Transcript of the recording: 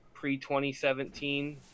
pre-2017